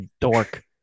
dork